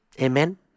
Amen